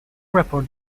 report